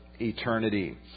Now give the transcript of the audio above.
eternity